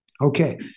Okay